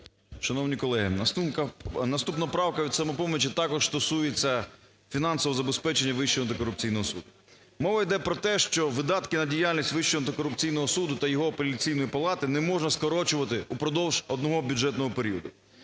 Шановні колеги, наступна правка від "Самопомочі" також стосується фінансового забезпечення Вищого антикорупційного суду. Мова йде про те, що видатки на діяльність Вищого антикорупційного суду та його Апеляційної палати не можна скорочувати впродовж одного бюджетного періоду.